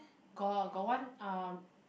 got got one uh